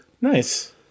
Nice